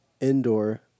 indoor